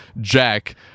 Jack